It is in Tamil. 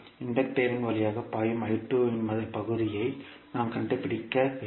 இண்டக்டர் வழியாக பாயும் I2 இன் பகுதியை நாம் கண்டுபிடிக்க வேண்டும்